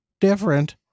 different